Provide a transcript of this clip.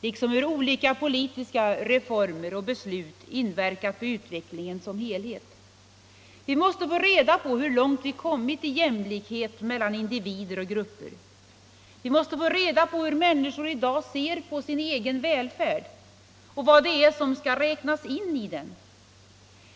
liksom hur olika politiska reformer och beslut har inverkat på utvecklingen som helhet. Vi måste få reda på hur långt vi har kommit i jämlikhet mellan individer och grupper. Hur ser människor i dag på sin egen välfärd och vad är det som skall räknas in i den?